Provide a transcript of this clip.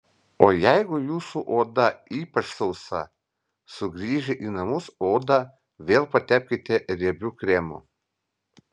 o jeigu jūsų oda ypač sausa sugrįžę į namus odą vėl patepkite riebiu kremu